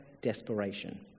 desperation